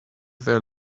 their